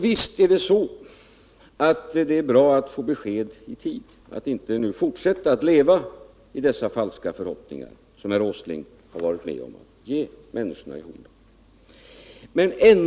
Visst är det bra att människorna i Horndal får besked i tid, så att de inte fortsätter att leva med de falska förhoppningar som herr Åsling varit med om att ge dem.